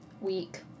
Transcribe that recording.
week